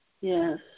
Yes